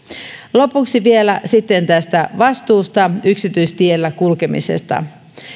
lopuksi vielä sitten tästä vastuusta yksityistiellä kulkemisesta